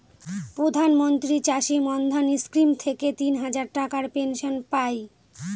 প্রধান মন্ত্রী চাষী মান্ধান স্কিম থেকে তিন হাজার টাকার পেনশন পাই